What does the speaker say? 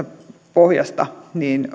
pohjasta